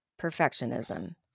perfectionism